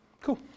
Cool